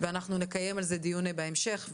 ואנחנו נקיים על זה דיון בהמשך.